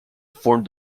formed